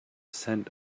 scent